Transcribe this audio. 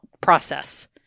process